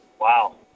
Wow